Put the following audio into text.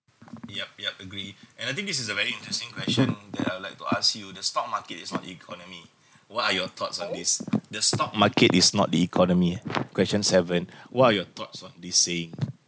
yup yup agree and I think this is a very interesting question that I'll like to ask you the stock market is not economy what are your thoughts ah is the stock market is not the economy question seven what are your thoughts on this saying